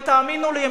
ותאמינו לי,